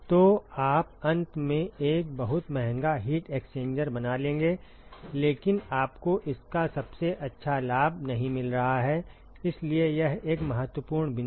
तो आप अंत में एक बहुत महंगा हीट एक्सचेंजर बना लेंगे लेकिन आपको इसका सबसे अच्छा लाभ नहीं मिल रहा है इसलिए यह एक महत्वपूर्ण बिंदु है